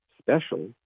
special